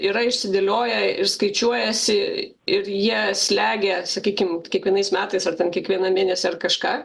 yra išsidėlioję ir skaičiuojasi ir jie slegia sakykim kiekvienais metais ar ten kiekvieną mėnesį ar kažką